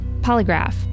polygraph